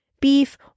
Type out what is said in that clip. beef